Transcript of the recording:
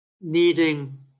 needing